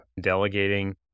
Delegating